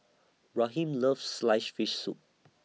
Raheem loves Sliced Fish Soup